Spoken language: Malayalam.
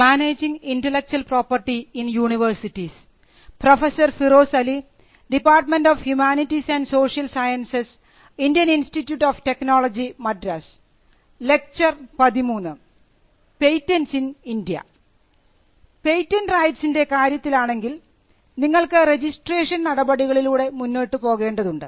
പേറ്റന്റ് റൈറ്റ്സിൻറെ കാര്യത്തിലാണെങ്കിൽ നിങ്ങൾക്ക് രജിസ്ട്രേഷൻ നടപടികളിലൂടെ മുന്നോട്ടുപോകേണ്ടതുണ്ട്